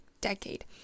decade